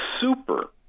super